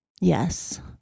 Yes